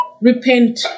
Repent